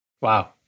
Wow